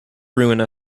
ruin